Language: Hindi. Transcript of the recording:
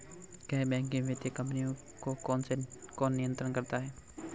गैर बैंकिंग वित्तीय कंपनियों को कौन नियंत्रित करता है?